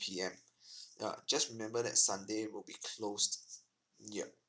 P_M ya just remember that sunday will be closed yup